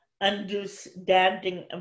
understanding